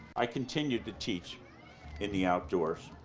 i continue to teach in the outdoors.